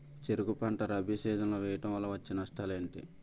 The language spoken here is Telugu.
చెరుకు పంట రబీ సీజన్ లో వేయటం వల్ల వచ్చే నష్టాలు ఏంటి?